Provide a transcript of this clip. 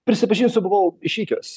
prisipažinsiu buvau išvykęs